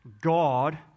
God